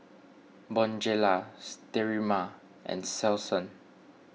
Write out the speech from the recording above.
Bonjela Sterimar and Selsun